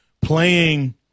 playing